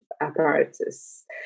apparatus